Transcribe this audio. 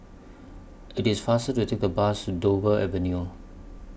IT IS faster to Take A Bus Dover Avenue